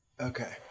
Okay